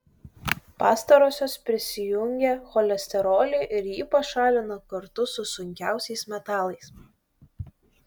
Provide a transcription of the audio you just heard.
pastarosios prisijungia cholesterolį ir jį pašalina kartu su sunkiaisiais metalais